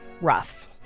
rough